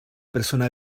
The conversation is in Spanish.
persona